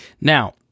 Now